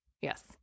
Yes